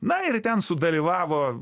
na ir ten sudalyvavo